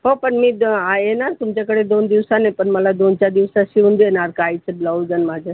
हो पण नीट द आहे ना तुमच्याकडे दोन दिवसांनी पण मला दोन चार दिवसात शिवून देणार का आईचे ब्लाऊज आणि माझं